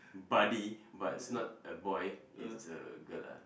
buddy but it's not a boy it's a girl lah